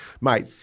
mate